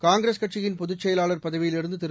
காங்கிரஸ் கட்சியின் பொதுச் செயலாளர் பதவியிலிருந்து திரு